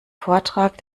vortrag